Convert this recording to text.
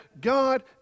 God